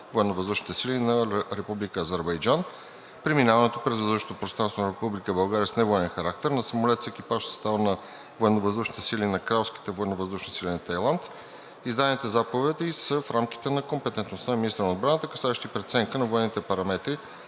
Военновъздушните сили на Република Азербайджан. 2. Преминаването през въздушното пространство на Република България с невоенен характер на самолет с екипа от състава на Военновъздушните сили на Кралските военновъздушни сили на Тайланд. Издадените заповеди са в рамките на компетентността на министъра на отбраната, касаещи преценка на военните параметри